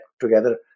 together